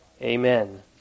Amen